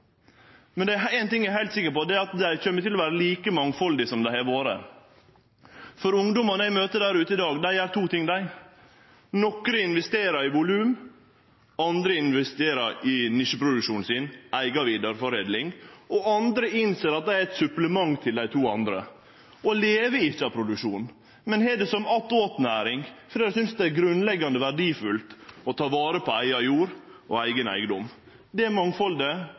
men det er ein ting eg er heilt sikker på, og det er at bøndene kjem til å vere like mangfaldige som dei har vore. Dei ungdomane eg møter der ute i dag, gjer to ting: Nokre investerer i volum, og andre investerer i nisjeproduksjonen sin, eiga vidareforedling, og andre innser at dei er eit supplement til dei to andre og lever ikkje av produksjon, men har det som attåtnæring fordi dei synest det er grunnleggjande verdfullt å ta vare på eiga jord og eigen eigedom. Det mangfaldet